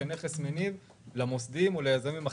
כנכס מניב למוסדיים או ליזמים אחרים.